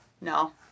No